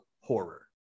horror